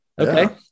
Okay